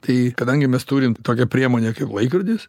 tai kadangi mes turim tokią priemonę kaip laikrodis